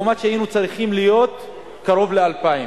והיינו צריכים להיות קרוב ל-2,000.